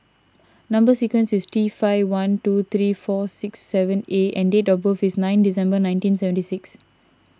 Number Sequence is T five one two three four six seven A and date of birth is nine December nineteen seventy six